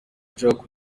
jack